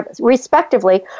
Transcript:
respectively